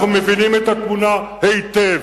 אנחנו מבינים את התמונה היטב,